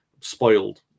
spoiled